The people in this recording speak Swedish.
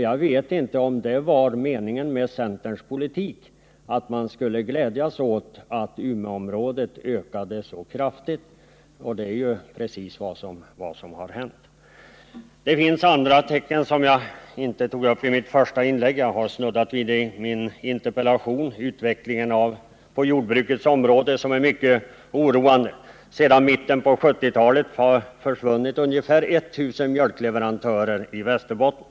Jag vet inte om det var meningen med centerns politik att man skulle glädjas åt att sysselsättningen ökade så kraftigt i Umeåområdet, för det är ju precis vad som har hänt. Det finns andra tecken som jag inte tog upp i mitt första inlägg men som jag har snuddat vid i min interpellation. Det gäller utvecklingen på jordbrukets område, och den är oroande. Sedan mitten av 1970-talet har det försvunnit ungefär 1 000 mjölkleverantörer i Västerbotten.